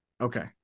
Okay